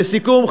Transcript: לסיכום,